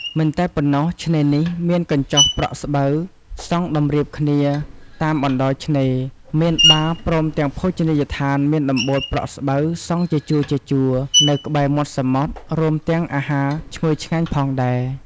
មិនតែប៉ុណ្ណោះ ឆ្នេរនេះមានកញ្ចុះប្រក់ស្បូវសង់តម្រៀបគ្នាតាមបណ្តោយឆ្នេរ មានបារព្រមទាំងភោជនីយដ្ឋានមានដំបូលប្រក់ស្បូវសង់ជាជួរៗនៅក្បែរមាត់សមុទ្រ រួមទាំងអាហារឈ្ងុយឆ្ងាញ់ផងដែរ។